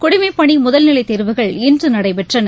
குடிமைப்பணிமுதல்நிலைதேர்வுகள் இன்றுநடைபெற்றன